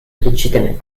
legitimate